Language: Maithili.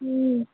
हुँ